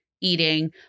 eating